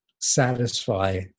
satisfy